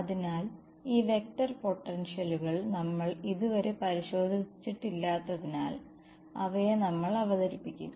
അതിനാൽ ഈ വെക്റ്റർ പൊട്ടൻഷ്യലുകൾ നമ്മൾ ഇതുവരെ പരിശോധിച്ചിട്ടില്ലാത്തതിനാൽ അവയെ നമ്മൾ അവതരിപ്പിക്കും